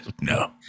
No